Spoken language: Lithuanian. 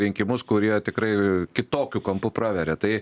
rinkimus kurie tikrai kitokiu kampu praveria tai